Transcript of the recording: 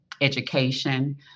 education